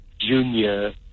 junior